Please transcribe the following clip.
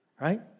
Right